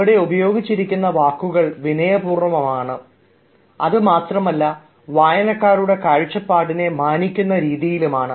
ഇവിടെ ഉപയോഗിച്ചിരിക്കുന്ന വാക്കുകൾ വിനയപൂർവ്വമാണ് എന്ന് മാത്രമല്ല വായനക്കാരുടെ കാഴ്ചപ്പാടിനെ മാനിക്കുന്ന രീതിയിലാണ്